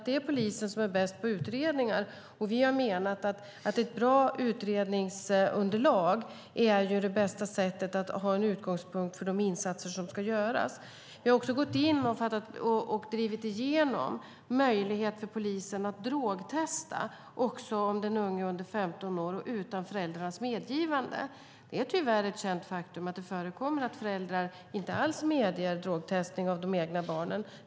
Det är polisen som är bäst på utredningar, och vi menar att ett bra utredningsunderlag är det bästa sättet för att få en utgångspunkt för de insatser som ska göras. Vi har gått in och drivit igenom en möjlighet för polisen att drogtesta också den unge under 15 år utan föräldrarnas medgivande. Det är tyvärr ett känt faktum att det förekommer att föräldrar inte alls medger drogtestning av de egna barnen.